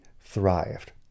thrived